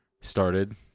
started